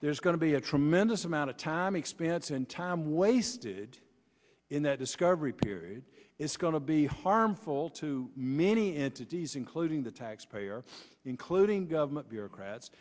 there's going to be a tremendous amount of time expense and time wasted in that discovery period it's going to be harmful to many entities including the taxpayer including government bureaucrats